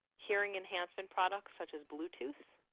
hearing enhancement products such as bluetooth,